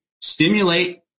stimulate